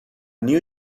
new